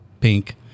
pink